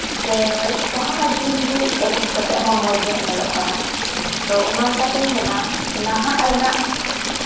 ᱥᱮ ᱡᱟᱦᱟᱱᱟᱜ ᱡᱤᱱᱤᱥ ᱜᱮ ᱤᱰᱤᱴ ᱠᱟᱛᱮᱫ ᱦᱚᱸ ᱢᱚᱡᱽ ᱧᱚᱜ ᱧᱮᱞᱚᱜ ᱠᱟᱱᱟ ᱛᱳ ᱚᱱᱟ ᱞᱮᱠᱟᱛᱤᱧ ᱢᱮᱱᱟ ᱱᱟᱦᱟᱜ ᱨᱮᱱᱟᱜ